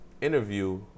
interview